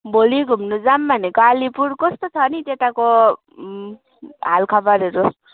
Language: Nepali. भोलि घुम्नु जाऊँ भनेको आलिपुर कस्तो छ नि त्यताको हालखबरहरू